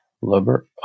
lover